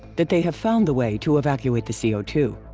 that they have found the way to evacuate the c o two,